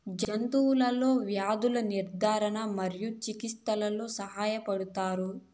జంతువులలో వ్యాధుల నిర్ధారణ మరియు చికిత్చలో సహాయపడుతారు